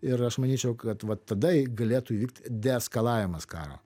ir aš manyčiau kad vat tada galėtų vykt deeskalavimas karo